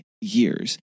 years